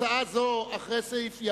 הצעה זו: "אחרי הסעיף",